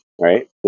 right